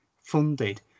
funded